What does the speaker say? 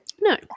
no